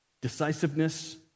decisiveness